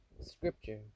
scripture